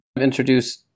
introduce